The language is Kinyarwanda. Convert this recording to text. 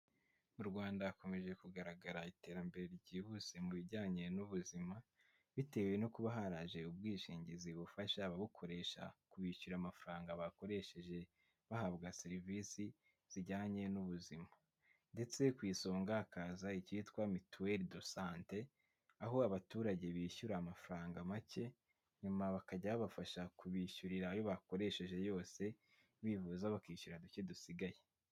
Mu Rwanda hakomeje kugaragara iterambere ryihuse mu bijyanye n'ubuzima, bitewe no kuba haraje ubwishingizi bufasha ababukoresha kubishyura amafaranga bakoresheje bahabwa serivisi zijyanye n'ubuzima ndetse ku isonga hakaza icyitwa mituweli do sante, aho abaturage bishyura amafaranga make nyuma bakajya babafasha kubishyurira ayo bakoresheje yose, bivuza bakishyura duke dusigaye.